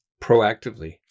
proactively